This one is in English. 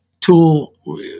tool